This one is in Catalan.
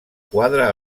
quadre